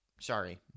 sorry